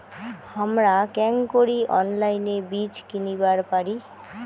হামরা কেঙকরি অনলাইনে বীজ কিনিবার পারি?